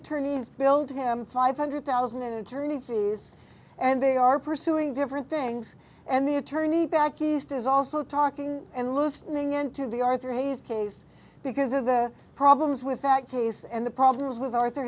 attorneys billed him five hundred thousand attorney fees and they are pursuing different things and the attorney back east is also talking and listening into the arthur he's case because of the problems with that case and the problems with arthur